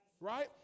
Right